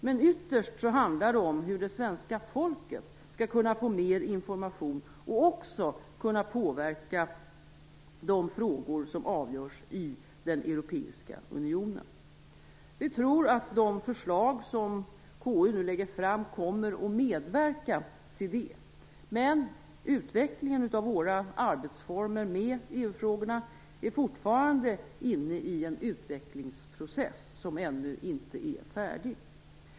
Men ytterst handlar det om hur det svenska folket skall kunna få mer information och också kunna påverka de frågor som avgörs i den europeiska unionen. Vi tror att de förslag som KU nu lägger fram kommer att medverka till det. Men utvecklingen av våra arbetsformer när det gäller EU-frågorna är fortfarande inne i en utvecklingsprocess som ännu inte är färdig.